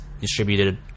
distributed